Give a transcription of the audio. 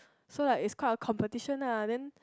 so like is quite competition lah then